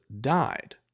died